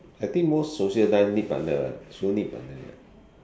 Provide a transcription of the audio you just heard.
I think most social dance need partner lah sure need partner